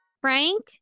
Frank